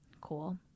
Cool